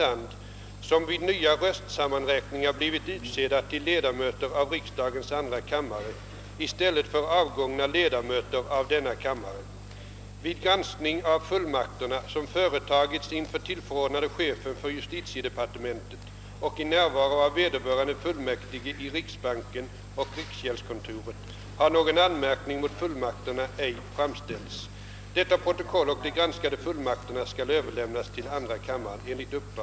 Under återstoden av höstsesssionen hålles frågestunder varje torsdag kl. 16.30; den 8 och 15 december börjar plena dock kl. 10.00. Höstens »remissdebatt» kommer att hållas tisdagen den 1 november kl. 10.30 med eventuell fortsättning påföljande dag, onsdagen den 2 november kl. 10.00. Sessionens sista arbetsplenum har utsatts till torsdagen den 15 december kl. 10.00.